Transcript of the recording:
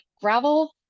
gravel